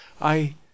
I